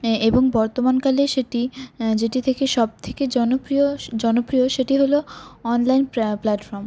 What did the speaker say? এবং বর্তমানকালে সেটি যেটি থেকে সব থেকে জনপ্রিয় জনপ্রিয় সেটি হল অনলাইন প্ল্যা প্ল্যাটফর্ম